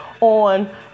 on